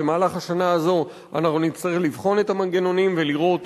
במהלך השנה הזו אנחנו נצטרך לבחון את המנגנונים ולראות